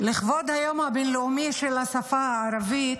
לכבוד היום הבין-לאומי לשפה הערבית,